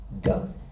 done